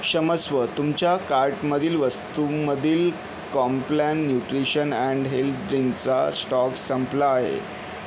क्षमस्व तुमच्या कार्टमधील वस्तूंमधील कॉम्प्लॅन न्युट्रिशन अँड हेल्थ ड्रिंकचा स्टॉक संपला आहे